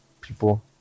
people